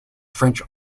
french